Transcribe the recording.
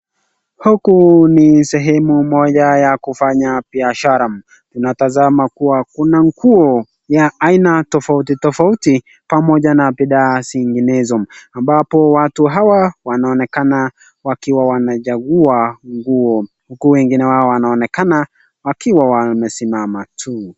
Huku ni sehemu moja ya kufanya biashara. Unatazama kuwa kuna nguo ya aina tofauti tofauti pamoja na bidhaa zinginezo ambapo watu hawa wanaonekana wakiwa wanachagua nguo uku wengine wao wanaonekana wakiwa wamesimama tu.